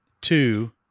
two